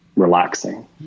relaxing